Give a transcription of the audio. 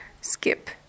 skip